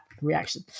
reaction